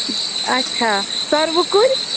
اچھا سَروٕ کُل